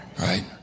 right